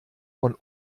von